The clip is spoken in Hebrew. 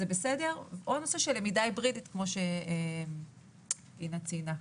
או למידה היברידית כמו שאינה ציינה,